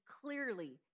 clearly